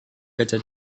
kaca